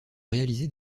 réaliser